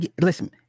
Listen